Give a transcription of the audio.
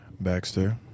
Baxter